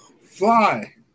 Fly